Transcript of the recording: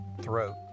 throat